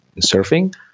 surfing